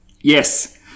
Yes